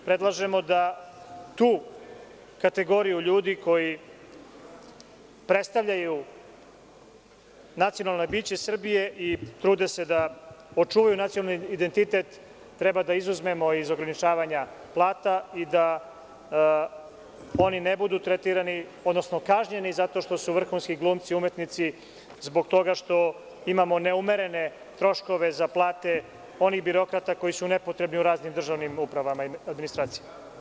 Predlažemo da tu kategoriju ljudi koji predstavljaju nacionalno biće Srbije i trude se da očuvaju nacionalni identitet, treba da izuzmemo iz ograničavanja plata i da oni ne budu tretirani, odnosno kažnjeni zato što su vrhunski glumci, umetnici, zbog toga što imamo neumerene troškove za plate onih birokrata koji su nepotrebni u raznim državnim upravama i administracijama.